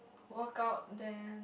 work out then